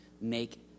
make